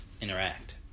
interact